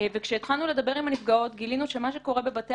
וכשהתחלנו לדבר עם הנפגעות גילינו שבבתי